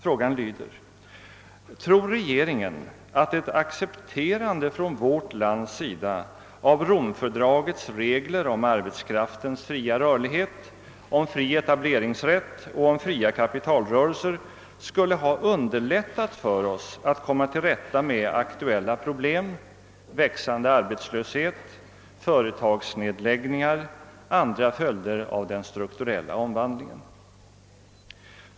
Frågan lyder: Tror regeringen att ett accepterande från vårt lands sida av Romfördragets regler om arbetskraftens fria rörlighet, om fri etableringsrätt och om fria kapitalrörelser skulle ha underlättat för oss att komma till rätta med aktuella problem — växande arbetslöshet, företagsnedläggningar och andra följder av den strukturella omvandlingen?